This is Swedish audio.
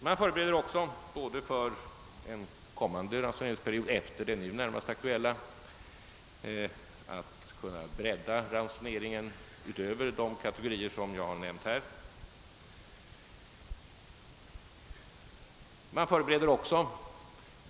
Man förbereder även att för en kommande ransoneringsperiod efter den nu närmast aktuella kunna bredda ransoneringen utöver de kategorier som jag här nämnt.